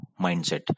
mindset